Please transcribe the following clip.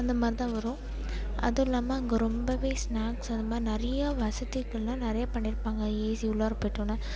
அந்த மாதிரி தான் வரும் அதுவும் இல்லாமல் அங்கே ரொம்பவே ஸ்னாக்ஸ் அதை மாதிரி நிறையா வசதிகள்லாம் நிறையா பண்ணியிருப்பாங்க ஏசி உள்ளாற போயிட்டோம்னா